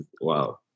Wow